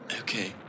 Okay